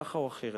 ככה או אחרת.